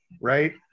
Right